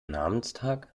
namenstag